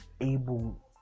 able